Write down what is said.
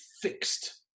fixed